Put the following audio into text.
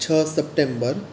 છ સપ્ટેમ્બર